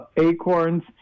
acorns